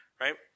right